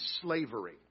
slavery